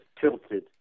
tilted